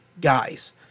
guys